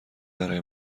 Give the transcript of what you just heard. برای